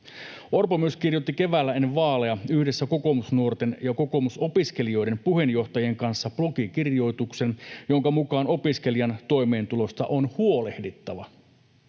Orpo myös kirjoitti keväällä ennen vaaleja yhdessä Kokoomusnuorten ja Kokoomusopiskelijoiden puheenjohtajien kanssa blogikirjoituksen, jonka mukaan opiskelijan toimeentulosta on huolehdittava.